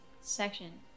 section